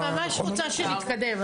אני ממש רוצה שנתקדם,